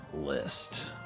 list